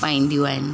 पाईंदियूं आहिनि